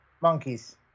Monkeys